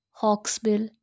hawksbill